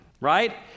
right